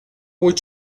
would